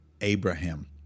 Abraham